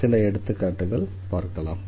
சில எடுத்துக்காட்டுகளை பார்க்கலாம்